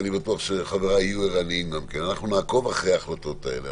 ואני בטוח שחבריי יהיו גם ערניים תעקוב אחרי ההחלטות האלה.